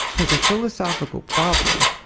as a philosophical problem,